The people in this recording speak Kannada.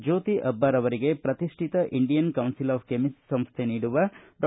ಜ್ಕೋತಿ ಅಬ್ಬಾರ ಅವರಿಗೆ ಪ್ರತಿಷ್ಠಿತ ಇಂಡಿಯನ್ ಕೌನ್ಲಿಲ್ ಆಫ್ ಕೆಮಿಸ್ಟ್ಸ್ ಸಂಸ್ಥೆ ನೀಡುವ ಡಾ